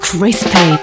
Crispy